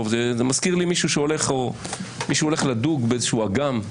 אבל זה מזכיר לי מישהו שהולך לדוג באיזשהו אגם,